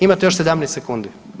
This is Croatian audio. Imate još 17 sekundi.